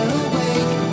awake